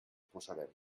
posarem